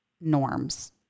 norms